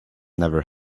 never